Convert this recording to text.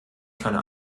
keine